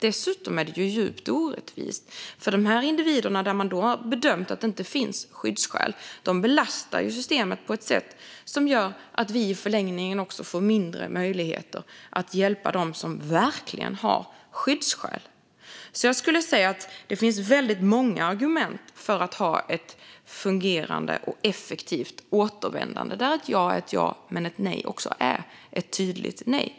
Dessutom är det djupt orättvist, för de individer som man bedömt inte har skyddsskäl belastar systemet på ett sätt som gör att vi i förlängningen får mindre möjligheter att hjälpa dem som verkligen har skyddsskäl. Jag skulle säga att det finns många argument för att ha ett fungerande och effektivt återvändande där ett ja är ett ja men ett nej också är ett tydligt nej.